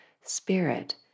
spirit